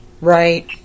Right